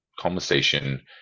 conversation